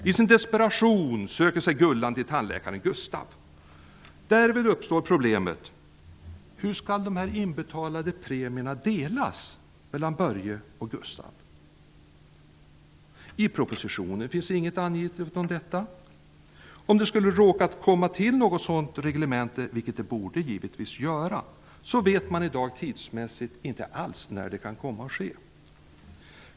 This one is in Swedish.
I sin desperation söker sig Gullan till tandläkaren Gustav. Därvid uppstår problemet hur de inbetalade premierna skall delas mellan Börje och Även om det skulle råka komma till ett sådant reglemente -- vilket det givetvis borde göra -- så vet man i dag inte alls när det kan ske.